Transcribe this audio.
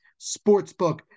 Sportsbook